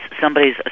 somebody's